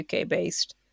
uk-based